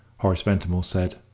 horace ventimore said,